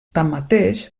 tanmateix